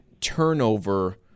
turnover